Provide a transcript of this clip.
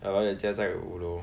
ah loi 的家在五楼